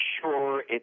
sure